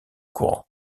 courant